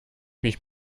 mich